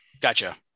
Gotcha